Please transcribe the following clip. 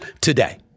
Today